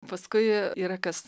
paskui yra kas